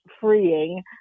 freeing